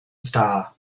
star